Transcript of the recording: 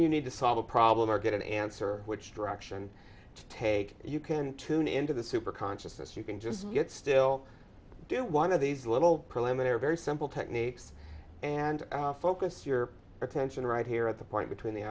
you need to solve a problem or get an answer which direction to take you can tune into the super consciousness you can just get still do one of these little preliminary very simple techniques and focus your attention right here at the point between the